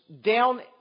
down